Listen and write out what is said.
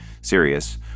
serious